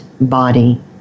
body